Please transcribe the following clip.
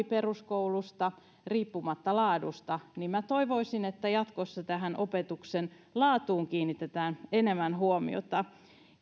peruskoulusta riippumatta laadusta minä toivoisin että jatkossa opetuksen laatuun kiinnitetään enemmän huomiota